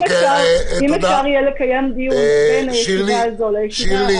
אם אפשר יהיה לקיים דיון בין הישיבה הזאת לבין הישיבה